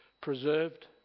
preserved